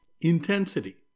intensity